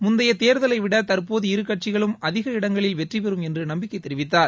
முந்தைய தேர்தலை விட தற்போது இரு கட்சிகளும் அதிக இடங்களில் வெற்றி பெறும் என்று நம்பிக்கை தெரிவித்தார்